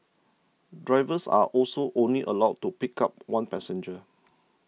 drivers are also only allowed to pick up one passenger